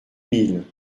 mille